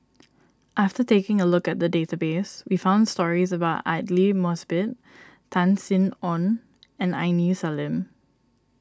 after taking a look at the database we found stories about Aidli Mosbit Tan Sin Aun and Aini Salim